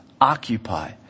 Occupy